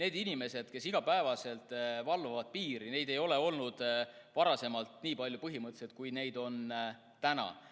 Neid inimesi, kes iga päev piiri valvavad, ei ole olnud varasemalt nii palju, kui neid on nüüd.